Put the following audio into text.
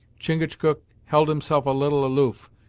chingachgook held himself a little aloof,